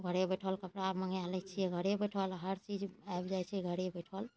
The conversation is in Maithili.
घरे बैसल कपड़ा मँगा लै छियै घरे बैसल हर चीज आबि जाइ छै घरे बैसल